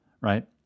right